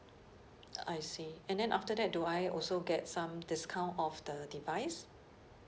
I see and then after that do I also get some discount off the device